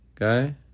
Okay